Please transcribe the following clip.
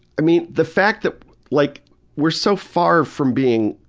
i mean, the fact that like we're so far from being